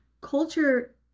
culture